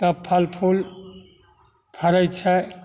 तब फल फूल फरै छै